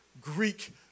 Greek